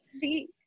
see